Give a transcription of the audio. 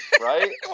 right